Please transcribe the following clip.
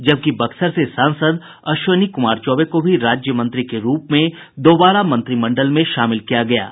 जबकि बक्सर से सांसद अश्विनी कुमार चौबे को भी राज्यमंत्री के रूप में दोबारा मंत्रिमंडल शामिल किया गया है